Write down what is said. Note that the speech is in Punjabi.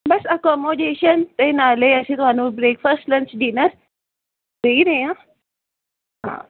ਹਾਂ